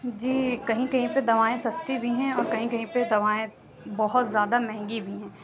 جی کہیں کہیں پہ دوائیں سستی بھی ہیں اور کہیں کہیں پہ داوائیں بہت زیادہ مہنگی بھی ہیں